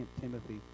Timothy